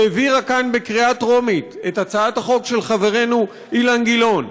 שהעבירה כאן בקריאה טרומית את הצעת החוק של חברנו אילן גילאון,